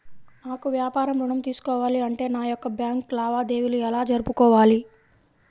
నాకు వ్యాపారం ఋణం తీసుకోవాలి అంటే నా యొక్క బ్యాంకు లావాదేవీలు ఎలా జరుపుకోవాలి?